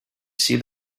see